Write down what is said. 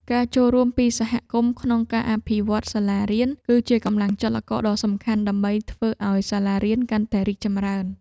ការចូលរួមពីសហគមន៍ក្នុងការអភិវឌ្ឍសាលារៀន គឺជាកម្លាំងចលករដ៏សំខាន់ដើម្បីធ្វើឱ្យសាលារៀនកាន់តែរីកចម្រើន។